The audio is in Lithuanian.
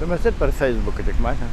nu mes ir per feisbuką tik matę